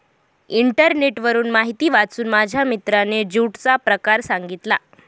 इंटरनेटवरून माहिती वाचून माझ्या मित्राने ज्यूटचा प्रकार सांगितला